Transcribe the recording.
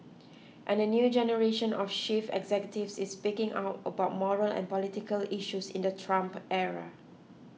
and a new generation of chief executives is speaking out about moral and political issues in the Trump era